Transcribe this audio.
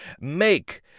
Make